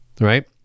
right